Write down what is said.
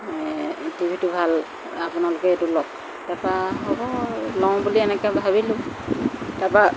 টিভিটো ভাল আপোনালোকে এইটো লওক তাৰপৰা হ'ব আৰু লওঁ বুলি এনেকৈ ভাবিলোঁ তাৰপৰা